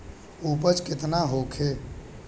उपज केतना होखे?